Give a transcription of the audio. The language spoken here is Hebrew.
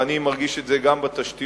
ואני מרגיש את זה גם בתשתיות,